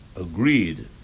agreed